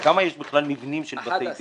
כמה יש בכלל מבנים של בתי דין?